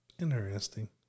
Interesting